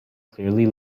clearly